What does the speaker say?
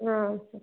ಹಾಂ